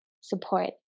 support